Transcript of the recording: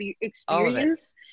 experience